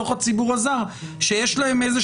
לעשות